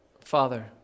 Father